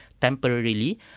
temporarily